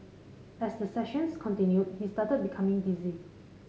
as the sessions continued he started becoming dizzy